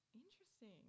interesting